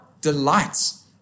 delights